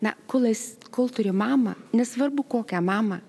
na kol es kol turi mamą nesvarbu kokią mamą